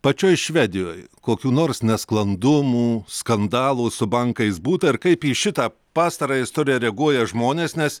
pačioj švedijoj kokių nors nesklandumų skandalų su bankais būta ir kaip į šitą pastarąją istoriją reaguoja žmonės nes